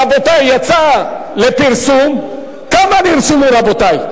רבותי, יצא לפרסום, כמה נרשמו, רבותי?